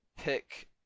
pick